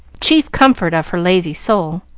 chief comfort of her lazy soul.